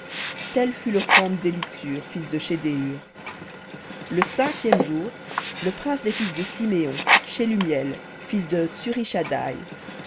telle fut l'offrande d'élitsur fils de shedéur le cinquième jour le prince des fils de siméon shelumiel fils de